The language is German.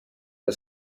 der